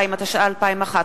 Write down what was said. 102), התשע"א 2011,